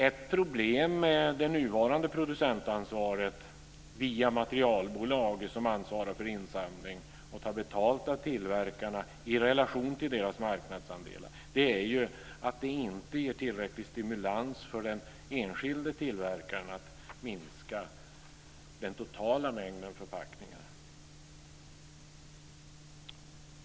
Ett problem med det nuvarande producentansvaret via materialbolag som ansvarar för insamling och tar betalt av tillverkarna i relation till deras marknadsandelar är att det inte ger tillräcklig stimulans för den enskilde tillverkaren att minska den totala mängden förpackningar.